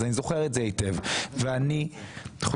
אז אני זוכר את זה היטב ואני חושב,